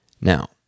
Now